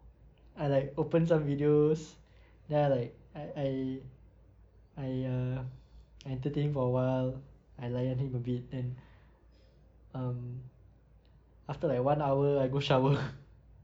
I like open some videos then I like I I I err entertain him for awhile I layan him a bit then um after like one hour I go shower